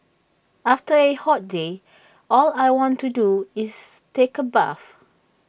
after A hot day all I want to do is take A bath